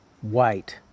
White